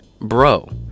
bro